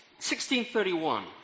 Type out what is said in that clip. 1631